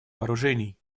вооружений